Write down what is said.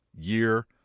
year